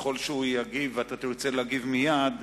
אם הוא יגיב ואתה תרצה להגיב מייד,